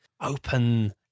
open